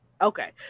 Okay